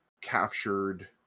captured